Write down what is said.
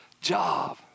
job